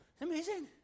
Amazing